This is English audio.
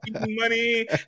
money